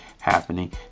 happening